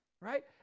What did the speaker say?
Right